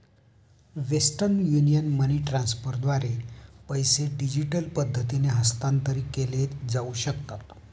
western union money ट्रान्स्फरद्वारे पैसे digital पद्धतीने हस्तांतरित केले जाऊ शकतात